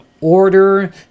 order